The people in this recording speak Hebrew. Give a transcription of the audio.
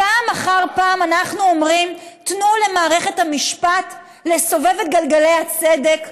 פעם אחר פעם אנחנו אומרים: תנו למערכת המשפט לסובב את גלגלי הצדק.